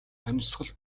амьсгал